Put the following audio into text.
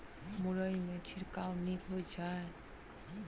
मुरई मे छिड़काव नीक होइ छै?